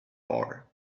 are